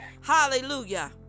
hallelujah